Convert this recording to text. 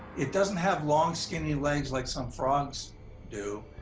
it doesn't have long skinny legs, like some frogs do.